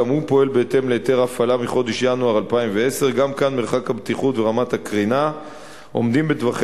גם הוא פועל בהתאם להיתר הפעלה מחודש ינואר 2010. גם כאן מרחק הבטיחות ורמת הקרינה עומדים בטווחי